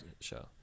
Show